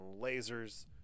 lasers